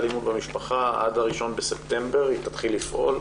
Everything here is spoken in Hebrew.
אלימות במשפחה ועד ה-1 בספטמבר היא תתחיל לפעול.